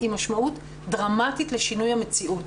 היא משמעות דרמטית לשינוי המציאות.